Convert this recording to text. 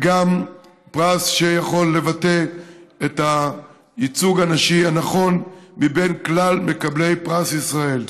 שגם יכולים לבטא את הייצוג הנשי הנכון מבין כלל מקבלי פרס ישראל.